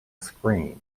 scream